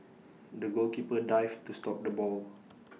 the goalkeeper dived to stop the ball